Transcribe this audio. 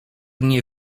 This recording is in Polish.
nie